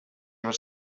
your